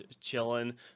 chilling